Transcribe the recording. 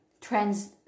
trends